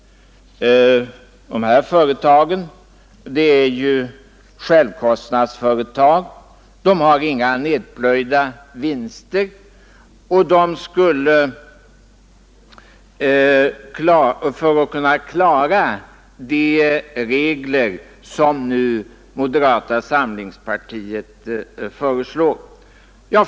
Dessa företag är ju självkostnadsföretag. De har inga nedplöjda vinster för att kunna klara följderna av de regler som moderata samlingspartiet nu föreslår.